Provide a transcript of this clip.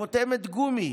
לחותמת גומי.